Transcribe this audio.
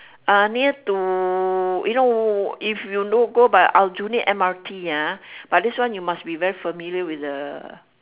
ah near to you know if know you go by aljunied M_R_T ah but this one you must be very familiar with the